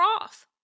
off